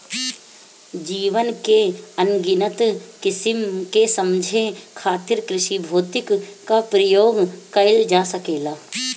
जीवन के अनगिनत किसिम के समझे खातिर कृषिभौतिकी क प्रयोग कइल जा सकेला